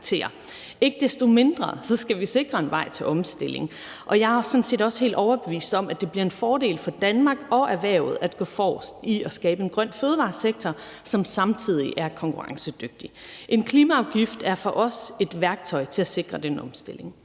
Ikke desto mindre skal vi sikre en vej til omstilling, og jeg er sådan set også helt overbevist om, at det bliver en fordel for Danmark og erhvervet at gå forrest i at skabe en grøn fødevaresektor, som samtidig er konkurrencedygtig. En klimaafgift er for os et værktøj til at sikre den omstilling.